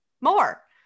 more